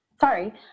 sorry